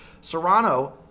Serrano